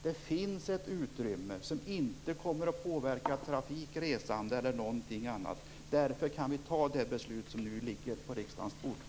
Det finns ett utrymme som inte kommer att påverka trafik, resande eller någonting annat. Därför kan vi ta det beslut som nu ligger på riksdagens bord.